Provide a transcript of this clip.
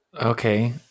Okay